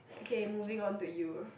okay moving on to you